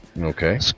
okay